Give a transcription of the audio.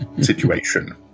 situation